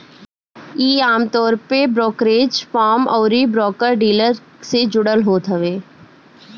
इ आमतौर पे ब्रोकरेज फर्म अउरी ब्रोकर डीलर से जुड़ल होत हवे